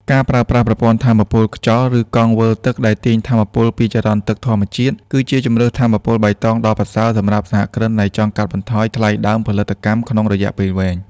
ការប្រើប្រាស់ប្រព័ន្ធថាមពលខ្យល់ ឬកង់វិលទឹកដែលទាញថាមពលពីចរន្តទឹកធម្មជាតិ គឺជាជម្រើសថាមពលបៃតងដ៏ប្រសើរសម្រាប់សហគ្រិនដែលចង់កាត់បន្ថយថ្លៃដើមផលិតកម្មក្នុងរយៈពេលវែង។